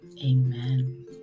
amen